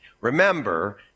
Remember